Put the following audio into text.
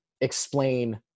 explain